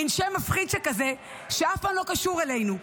מין שם מפחיד שכזה, שאף פעם לא קשור אלינו.